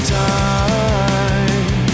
time